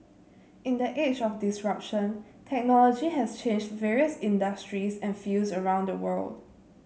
in the age of disruption technology has changed various industries and fields around the world